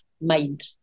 mind